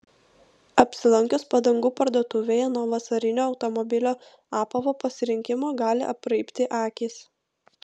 apsilankius padangų parduotuvėje nuo vasarinio automobilio apavo pasirinkimo gali apraibti akys